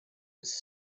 was